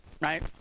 right